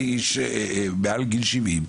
אני איש בן מעל לגיל 70,